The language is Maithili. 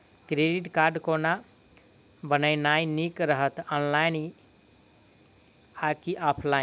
क्रेडिट कार्ड कोना बनेनाय नीक रहत? ऑनलाइन आ की ऑफलाइन?